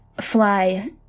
fly